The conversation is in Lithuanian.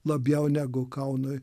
labiau negu kaunui